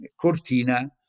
Cortina